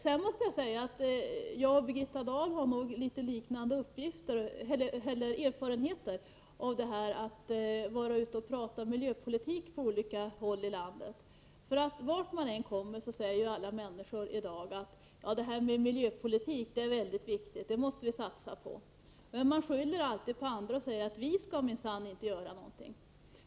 Sedan måste jag säga att Birgitta Dahl och jag har nog litet liknande erfarenheter av att vara ute och prata miljöpolitik på olika håll i landet. Vart man än kommer, säger alla människor i dag: Det här med miljöpolitik är väldigt viktigt. Det måste vi satsa på. Men man skyller alltid på andra och säger: Vi skall minsann inte göra någonting.